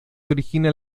originan